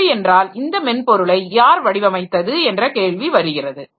அப்படி என்றால் அந்த மென்பொருளை யார் வடிவமைத்தது என்ற கேள்வி வருகிறது